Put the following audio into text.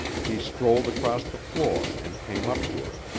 he strolled across the floor and came up to her.